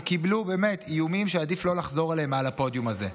שקיבלו איומים שעדיף לא לחזור עליהם מעל הפודיום הזה.